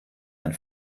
ein